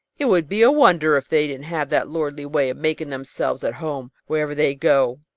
it would be a wonder if they didn't have that lordly way of making themselves at home wherever they go.